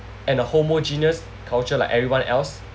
and a homogeneous culture like everyone else